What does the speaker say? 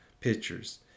pictures